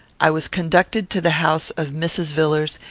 i was conducted to the house of mrs. villars,